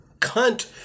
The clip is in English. cunt